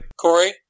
Corey